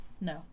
No